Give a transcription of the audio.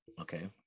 Okay